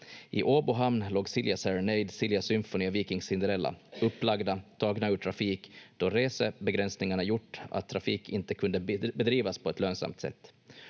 I Åbo hamn låg Silja Serenade, Silja Symphony och Viking Cinderella upplagda, tagna ur trafik då resebegränsningarna gjort att trafik inte kunde bedrivas på ett lönsamt sätt.